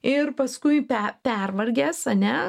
ir paskui pe pervargęs ane